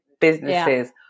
businesses